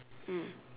mm